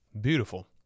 Beautiful